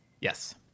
yes